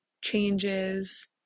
changes